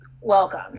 Welcome